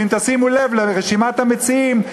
ואם תשימו לב לרשימת המציעים,